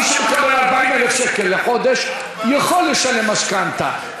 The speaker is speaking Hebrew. מי שמקבל 40,000 שקל לחודש יכול לשלם משכנתה,